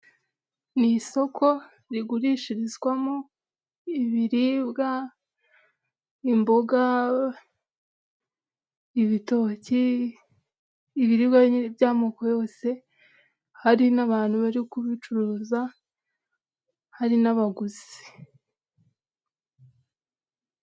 Ni isoko rigurishirizwamo ibiribwa, imboga, ibitoki, ibirirwa by'amoko yose, hari n'abantu bari kubicuruza hari n'abaguzi.